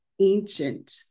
ancient